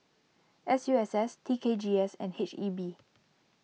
S U S S T K G S and H E B